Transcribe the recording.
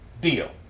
deal